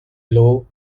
low